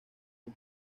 con